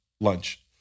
lunch